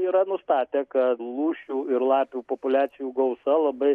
yra nustatę kad lūšių ir lapių populiacijų gausa labai